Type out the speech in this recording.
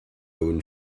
own